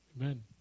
Amen